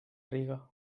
riga